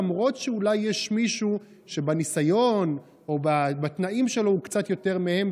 למרות שאולי יש מישהו שבניסיון או בתנאים שלו הוא קצת יותר מהם,